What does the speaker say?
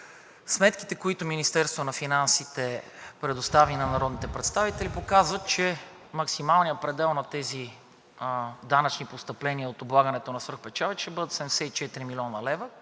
сметките, които Министерството на финансите предостави на народните представители, показват, че максималният предел на тези данъчни постъпления от облагането на свръхпечалбите ще бъдат 74 млн. лв.,